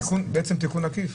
זה בעצם תיקון עקיף.